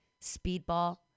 speedball